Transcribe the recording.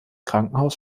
krankenhaus